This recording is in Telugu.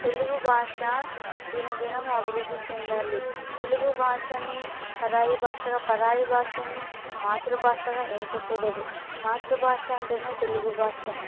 తెలుగు భాష దినదినం అభివృద్ధి చెందాలి తెలుగు భాషని పరాయి భాషగా పరాయి భాషని మాతృభాషగా ఎంచకూడదు మాతృభాష అంటేనే తెలుగు భాష